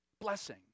Blessing